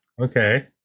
Okay